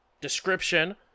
description